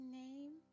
name